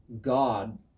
God